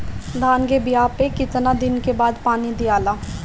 धान के बिया मे कितना दिन के बाद पानी दियाला?